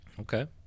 Okay